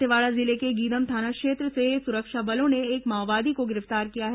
दंतेवाड़ा जिले के गीदम थाना क्षेत्र से सुरक्षा बलों ने एक माओवादी को गिरफ्तार किया है